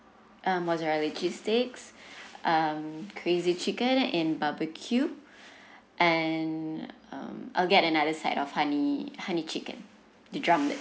uh mozzarella cheese sticks um crazy chicken in barbecue and um I'll get another side of honey honey chicken the drumlets